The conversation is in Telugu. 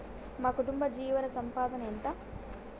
మా కుటుంబ జీవన సంపాదన ఎంత?